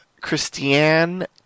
Christiane